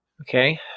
Okay